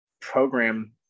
program